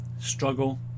struggle